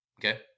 Okay